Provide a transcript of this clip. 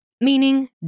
meaning